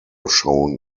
shown